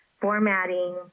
formatting